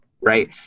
right